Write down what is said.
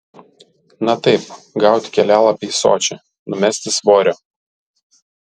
na taip gauti kelialapį į sočį numesti svorio